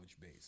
base